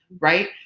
right